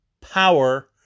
power